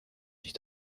sich